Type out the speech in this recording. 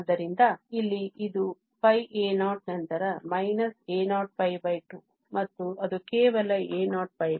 ಆದ್ದರಿಂದ ಇಲ್ಲಿ ಇದು πa0 ನಂತರ a02 ಮತ್ತು ಅದು ಕೇವಲ a02